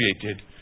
created